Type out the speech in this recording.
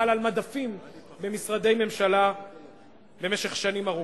אבל על מדפים במשרדי הממשלה במשך שנים ארוכות.